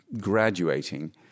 graduating